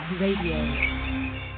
Radio